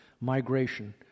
migration